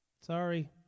Sorry